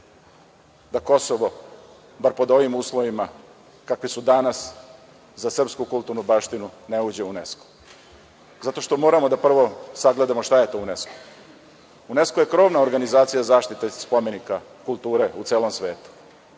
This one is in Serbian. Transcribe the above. da Kosovo, pod ovim uslovima kakvi su danas za srpsku kulturnu baštinu, ne uđe u UNESKO? Zato što moramo prvo da sagledamo šta je to UNESKO. UNESKO je krovna organizacija zaštite spomenika kulture u celom svetu,